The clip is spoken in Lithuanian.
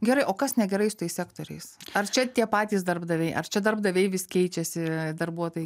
gerai o kas negerai su tais sektoriais ar čia tie patys darbdaviai ar čia darbdaviai vis keičiasi darbuotojai